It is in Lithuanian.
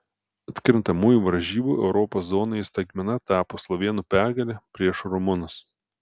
atkrintamųjų varžybų europos zonoje staigmena tapo slovėnų pergalė prieš rumunus